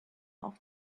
off